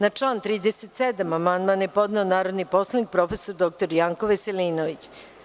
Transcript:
Na član 37. amandman je podneo narodni poslanik prof. dr Janko Veselinović.